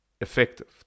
effective